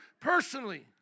personally